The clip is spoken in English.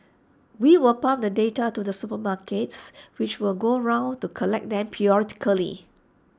we will pump the data to the supermarkets which will go round to collect them periodically